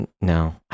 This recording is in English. no